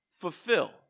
fulfill